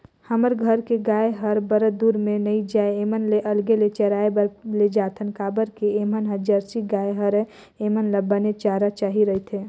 हमर घर के गाय हर बरदउर में नइ जाये ऐमन ल अलगे ले चराए बर लेजाथन काबर के ऐमन ह जरसी गाय हरय ऐेमन ल बने चारा चाही रहिथे